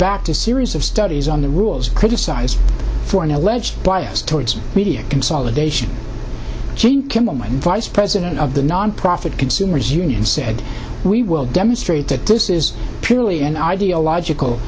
backed a series of studies on the rules criticized for an alleged bias towards media consolidation kimelman vice president of the nonprofit consumers union said we will demonstrate that this is purely an ideological